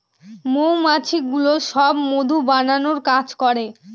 মৌমাছিগুলো সব মধু বানানোর কাজ করে